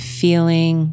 feeling